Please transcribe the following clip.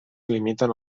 limiten